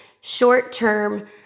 short-term